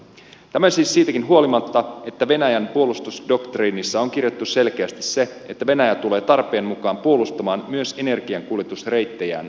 tämä siis siitäkin huolimatta että venäjän puolustusdoktriinissa on kirjattu selkeästi se että venäjä tulee tarpeen mukaan puolustamaan myös energiankuljetusreittejään sotilaallisesti